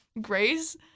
Grace